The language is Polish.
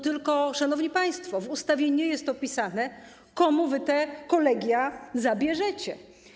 Tylko, szanowni państwo, w ustawie nie jest opisane, komu wy te kolegia zabierzecie.